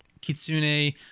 kitsune